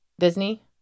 Disney